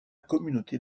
communauté